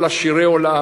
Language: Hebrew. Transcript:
כל עשירי עולם,